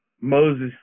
Moses